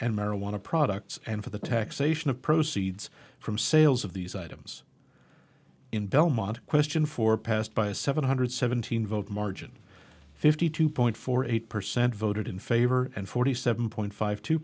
and marijuana products and for the taxation of proceeds from sales of these items in belmont question for passed by a seven hundred seventeen vote margin fifty two point four eight percent voted in favor and forty seven point five two